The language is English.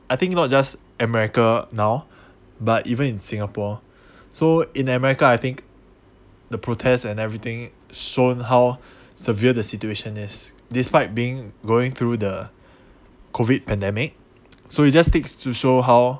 I think not just america now but even in singapore so in america I think the protests and everything shown how severe the situation is despite being going through the COVID pandemic so it just takes to show how